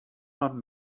man